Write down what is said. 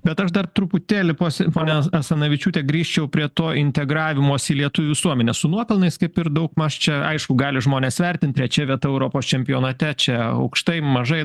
bet aš dar truputėlį pos info ane asanavičiūte grįžčiau prie to integravimosi į lietuvių visuomenę su nuopelnais kaip ir daugmaž čia aišku gali žmones vertinti trečia vieta europos čempionate čia aukštai mažai